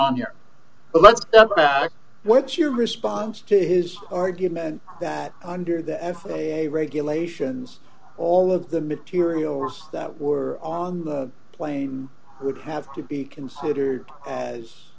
back what's your response to his argument that under the f a a regulations all of the materials that were on the plane would have to be considered